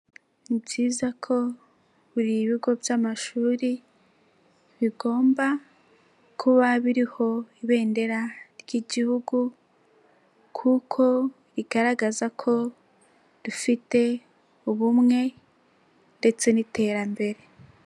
Ni byiza ko buri ibigo by'amashuri bigomba kuba biriho ibendera ry'igihugu kuko rigaragaza ko rifite ubumwe ndetse n'iterambere.